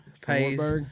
pays